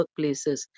workplaces